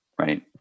right